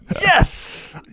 yes